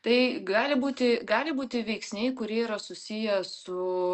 tai gali būti gali būti veiksniai kurie yra susiję su